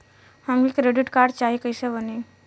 हमके credit card चाही कैसे बनी?